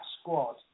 squad